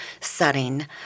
setting